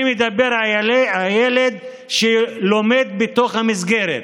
אני מדבר על הילד שלומד בתוך המסגרת,